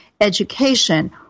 education